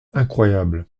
incroyable